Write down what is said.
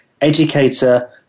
educator